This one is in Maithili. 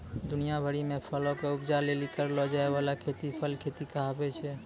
दुनिया भरि मे फरो के उपजा लेली करलो जाय बाला खेती फर खेती कहाबै छै